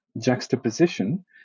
juxtaposition